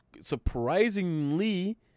surprisingly